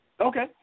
Okay